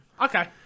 Okay